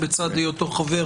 בצד היותו חבר